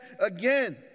again